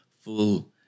full